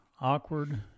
awkward